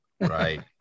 right